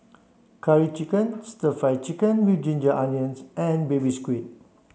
curry chicken stir fry chicken with ginger onions and baby squid